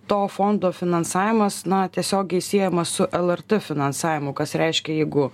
to fondo finansavimas na tiesiogiai siejamas su lrt finansavimu kas reiškia jeigu